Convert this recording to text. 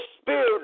spirit